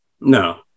No